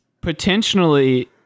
potentially